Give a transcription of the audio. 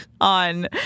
on